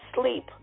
sleep